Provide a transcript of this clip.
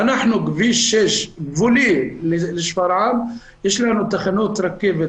כביש 6 גבולי לשפרעם, יש לנו תחנת רכבת